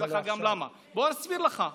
אגיד לך גם למה, בוא אני אסביר לך: